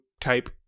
type